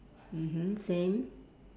mmhmm same